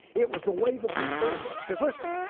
it was the wave of discouragement. because listen,